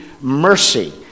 mercy